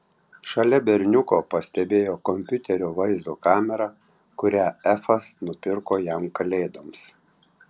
šalia berniuko pastebėjo kompiuterio vaizdo kamerą kurią efas nupirko jam kalėdoms